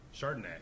Chardonnay